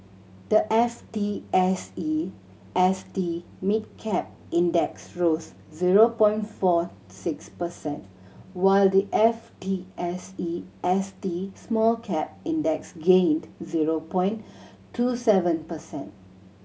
the F T S E S T Mid Cap Index rose zero point four six percent while the F T S E S T Small Cap Index gained zero point two seven percent